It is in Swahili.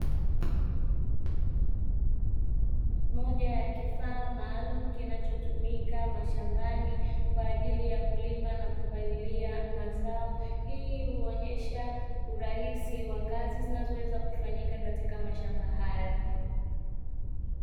Moja ya kifaa maalumu kinachotumika mashambani kwa ajili ya kulima na kupalilia mazao, hii huonyesha urahisi wa kazi zinazoweza kufanyika katika mashamba hayo.